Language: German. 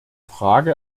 frage